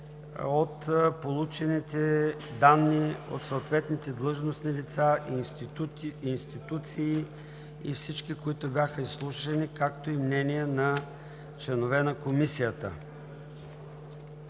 от получените данни от съответните длъжностни лица и институции и всички, които бяха изслушани, както и мнения на членове на Комисията.